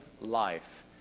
life